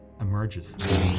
emerges